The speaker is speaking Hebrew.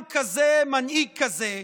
אדם כזה, מנהיג כזה,